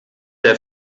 der